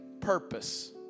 purpose